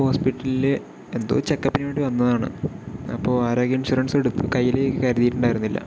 ഹോസ്പിറ്റലിൽ എന്തോ ചെക്കപ്പിന് വേണ്ടി വന്നതാണ് അപ്പോൾ ആരോഗ്യ ഇൻഷുറൻസ് കയ്യിൽ കരുതിയിട്ടുണ്ടായിരുന്നില്ല